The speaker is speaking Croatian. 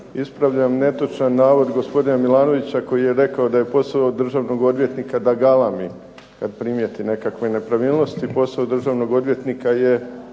Ispravljam netočan navod gospodina Milanovića koji je rekao da je posao državnog odvjetnika da galami kad primijeti nekakve nepravilnosti. Posao državnog odvjetnika je